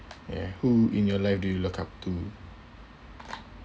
ya who in your life do you look up to